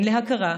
כן להכרה,